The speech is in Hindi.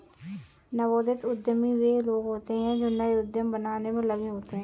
नवोदित उद्यमी वे लोग होते हैं जो नए उद्यम बनाने में लगे होते हैं